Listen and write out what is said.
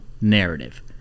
narrative